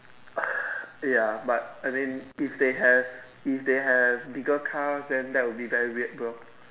ya but I think if they have if they have bigger cars then that would be very weird bro